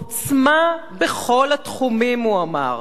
עוצמה בכל התחומים, הוא אמר,